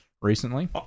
recently